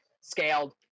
scaled